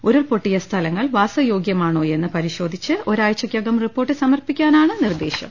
ഉരുൾപൊട്ടിയ സ്ഥലങ്ങൾ വാസയോഗ്യമാണോയെന്ന് പരി ശോധിച്ച് ഒരാഴ്ചക്കകം റിപോർട്ട് സമർപ്പിക്കാനാണ് നിർദേശം